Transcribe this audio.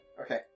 Okay